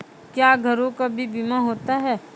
क्या घरों का भी बीमा होता हैं?